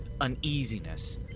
uneasiness